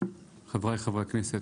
חבריי חברי הכנסת,